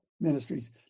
Ministries